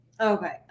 Okay